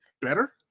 better